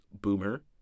boomer